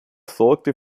sorgte